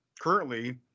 currently